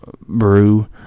brew